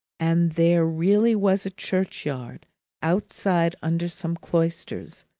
and there really was a churchyard outside under some cloisters,